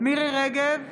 מירי מרים רגב,